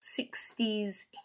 60s